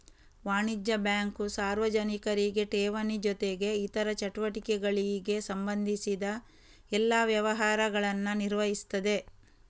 ವಾಣಿಜ್ಯ ಬ್ಯಾಂಕು ಸಾರ್ವಜನಿಕರಿಗೆ ಠೇವಣಿ ಜೊತೆಗೆ ಇತರ ಚಟುವಟಿಕೆಗಳಿಗೆ ಸಂಬಂಧಿಸಿದ ಎಲ್ಲಾ ವ್ಯವಹಾರಗಳನ್ನ ನಿರ್ವಹಿಸ್ತದೆ